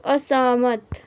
असहमत